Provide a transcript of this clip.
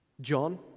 John